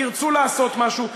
תרצו לעשות משהו,